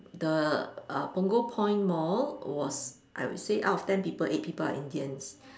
the ah Punggol point Mall was I would say out of ten people eight people are Indians